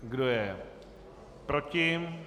Kdo je proti?